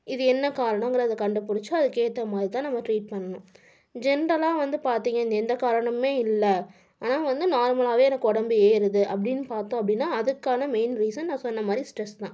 இது என்ன காரணங்குறத கண்டுபிடிச்சி அதுக்கு ஏற்ற மாதிரிதான் நம்ம ட்ரீட் பண்ணணும் ஜென்ரலாக வந்து பார்த்தீங்க எந்த காரணமும் இல்லை ஆனால் வந்து நார்மலாகவே எனக்கு உடம்பு ஏறுது அப்படீன்னு பார்த்தோம் அப்படீன்னா அதுக்கான மெயின் ரீசன் நான் சொன்ன மாதிரி ஸ்ட்ரெஸ் தான்